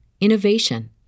innovation